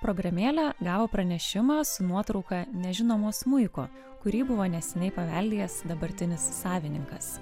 programėlę gavo pranešimą su nuotrauka nežinomo smuiko kurį buvo neseniai paveldėjęs dabartinis savininkas